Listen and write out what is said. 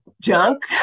junk